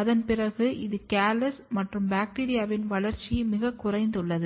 அதன் பிறகு இது கேலஸ் மற்றும் பாக்டீரியாவின் வளர்ச்சி மிகக் குறைந்துள்ளது